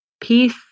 peace